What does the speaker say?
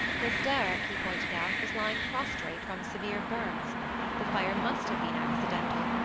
miss derrick, he pointed out, was lying prostrate from severe burns the fire must have been accidental,